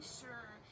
sure